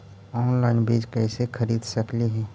Online बीज कईसे खरीद सकली हे?